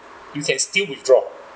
you can still withdraw